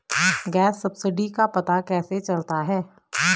Gas subsidy का पता कैसे चलता है?